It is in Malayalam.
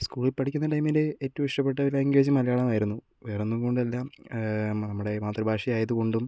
സ്ക്കൂളിൽ പഠിക്കുന്ന ടൈമിൽ ഏറ്റവും ഇഷ്ടപെട്ട ലാംഗ്വേജ് മലയാളമായിരുന്നു വേറൊന്നും കൊണ്ടല്ല നമ്മുടെ മാതൃഭാഷ ആയതുകൊണ്ടും